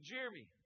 Jeremy